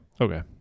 Okay